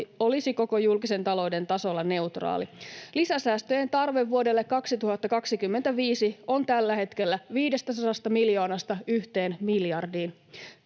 olisi koko julkisen talouden tasolla neutraali. Lisäsäästöjen tarve vuodelle 2025 on tällä hetkellä 500 miljoonasta eurosta miljardiin